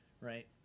right